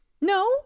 No